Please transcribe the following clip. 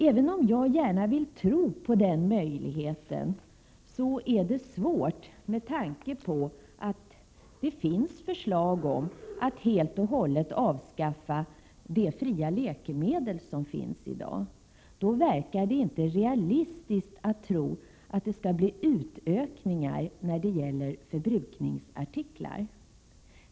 Även om jag gärna vill tro på den möjligheten, så är det svårt med tanke på att det finns förslag om att helt och hållet avskaffa de fria läkemedel som finns i dag. Då verkar det inte realistiskt att tro att det skall bli utökningar när det gäller förbrukningsartiklar.